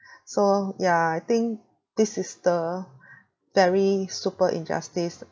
so ya I think this is the very super injustice